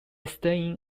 staying